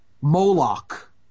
Moloch